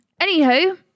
anywho